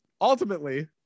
ultimately